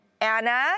Anna